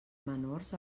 menors